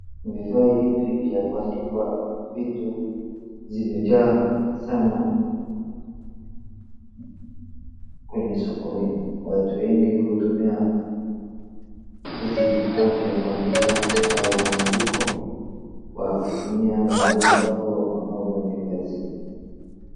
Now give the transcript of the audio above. Vifaa hivi vya kuandika vitu zimejaa sana kwenye sokoni, watu wengi hutumia hizi vifaa vya kuandika au maandiko kwa kutumia mahali ambapo wanaofanyia kazi.